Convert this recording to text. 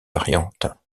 variantes